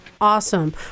Awesome